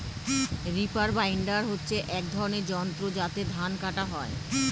reaper binder হচ্ছে এক ধরনের যন্ত্র যাতে ধান কাটা হয়